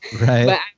right